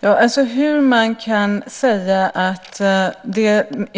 Fru talman! Hur man kan säga att